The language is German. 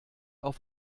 auf